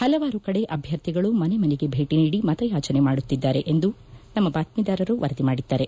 ಪಲವಾರು ಕಡೆ ಅಭ್ಯರ್ಥಿಗಳು ಮನೆ ಮನೆಗೆ ಭೇಟಿ ನೀಡಿ ಮತ ಯಾಜನೆ ಮಾಡುತ್ತಿದ್ದಾರೆ ಎಂದು ಬಾತ್ತಿದಾರರು ವರದಿ ಮಾಡಿದ್ದಾರೆ